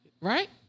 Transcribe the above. Right